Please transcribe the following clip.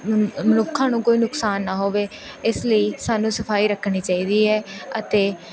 ਮਨੁੱਖਾਂ ਨੂੰ ਕੋਈ ਨੁਕਸਾਨ ਨਾ ਹੋਵੇ ਇਸ ਲਈ ਸਾਨੂੰ ਸਫਾਈ ਰੱਖਣੀ ਚਾਹੀਦੀ ਹੈ ਅਤੇ